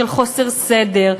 של חוסר סדר,